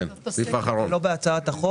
כשכתבנו את זה כתבנו גם את רשות ניירות ערך.